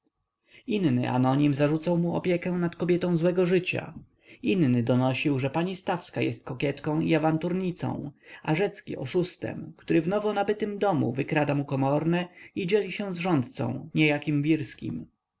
inny anonim zarzucał mu opiekę nad kobietą złego życia inny donosił że pani stawska jest kokietką i awanturnicą a rzecki oszustem który w nowonabytym domu wykrada mu komorne i dzieli się z rządcą niejakim wirskim